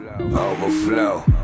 Overflow